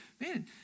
man